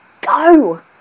go